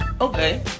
Okay